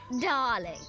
Darling